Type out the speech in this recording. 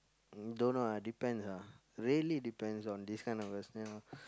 mm don't know ah depends ah really depends on this kind of